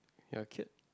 ya kid